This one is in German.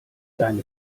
deine